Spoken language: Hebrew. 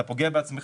אתה פוגע בעצמך,